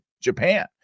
Japan